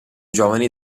giovani